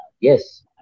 yes